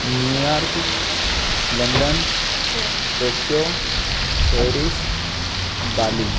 New York London Tokyo Paris Bali